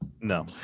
No